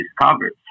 discovered